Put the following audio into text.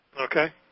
Okay